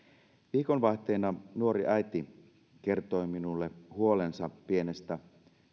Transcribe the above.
viikonvaihteessa nuori äiti kertoi minulle huolensa pienestä